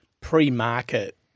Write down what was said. pre-market